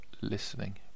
listening